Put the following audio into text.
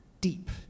deep